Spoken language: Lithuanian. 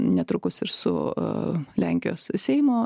netrukus ir su lenkijos seimo